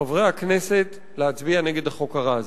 חברי הכנסת, להצביע נגד החוק הרע הזה.